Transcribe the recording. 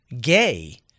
gay